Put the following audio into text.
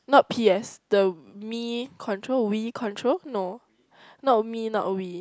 not p_s the me control we control no not me not we